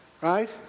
right